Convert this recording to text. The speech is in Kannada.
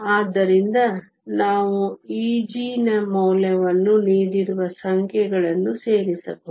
ಆದ್ದರಿಂದ ನಾವು Eg ನ ಮೌಲ್ಯವನ್ನು ನೀಡಿರುವ ಸಂಖ್ಯೆಗಳನ್ನು ಸೇರಿಸಬಹುದು